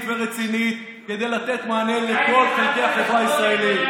ורצינית כדי לתת מענה לכל החברה הישראלית.